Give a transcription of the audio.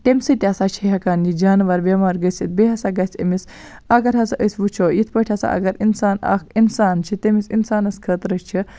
تَمہِ سۭتۍ تہِ ہسا چھِ ہٮ۪کان جانوَر بٮ۪مار گٔژھِتھ بیٚیہِ ہسا گژھِ أمِس اگر ہسا أسۍ وٕچھو یِتھ پٲٹھۍ ہسا اگر اِنسان اَکھ اِنسان چھِ تٔمِس اِنسانَس خٲطرٕ چھِ